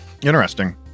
Interesting